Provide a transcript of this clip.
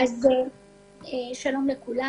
שלום לכולם.